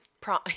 Prom